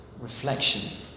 Reflection